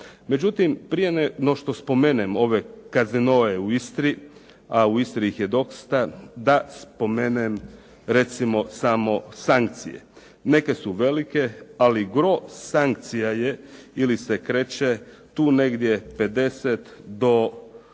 Međutim, prije no što spomenem ova casina u Istri, a u Istri ih je dosta, da spomenem recimo samo sankcije. Neke su velike, ali gro sankcija je ili se kreće tu negdje 50 do